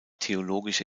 theologische